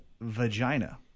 vagina